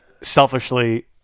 selfishly